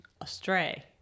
astray